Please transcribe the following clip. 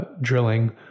drilling